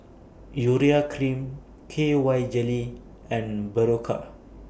Urea Cream K Y Jelly and Berocca